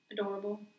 adorable